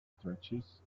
stretches